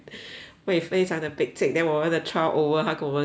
会非常的 pekcek then 我们的 trial over 他跟我们讲谢谢